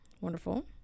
wonderful